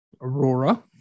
Aurora